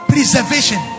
preservation